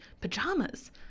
pajamas